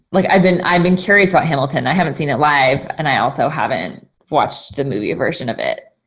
like, i've been, i've been curious about hamilton. i haven't seen it live and i also haven't watched the movie version of it,